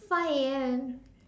five A_M